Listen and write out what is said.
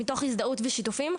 מתוך הזדהות ושיתופים.